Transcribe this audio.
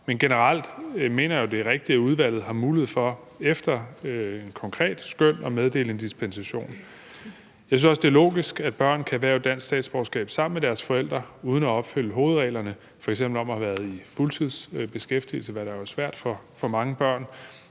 men generelt mener jeg jo, at det er rigtigt, at udvalget efter et konkret skøn har mulighed for at meddele en dispensation. Jeg synes også, at det er logisk, at børn kan erhverve dansk statsborgerskab sammen med deres forældre uden at opfylde reglerne om f.eks. at have været i fuldtidsbeskæftigelse, hvad der jo er svært for mange børn,